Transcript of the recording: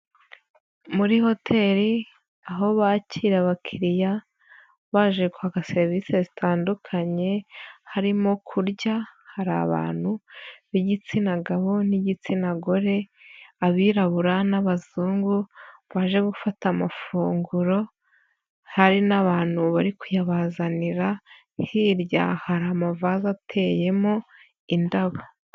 Muri hoteli aho bakira abakiriya baje kwaka serivisi zitandukanye harimo kurya hari abantu b'igitsina gabo n'igitsina gore, abirabura n'abazungu baje gufata amafunguro, hari n'abantu bari kuyabazanira, hirya hari amavaze ateyemo indabo.